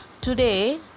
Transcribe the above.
Today